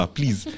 Please